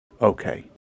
Okay